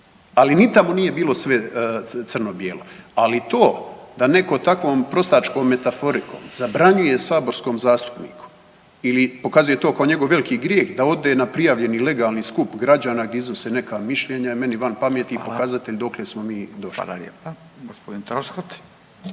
Ali ni tamo nije bilo sve crno bijelo. Ali to da netko takvom prostačkom metaforikom zabranjuje saborskom zastupniku ili pokazuje to kao njegov veliki grijeh da ode na prijavljeni legalni skup građana gdje iznose neka mišljenja je meni van pameti …/Upadica: Hvala./… i pokazatelj dokle smo mi došli. **Radin, Furio